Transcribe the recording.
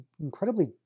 incredibly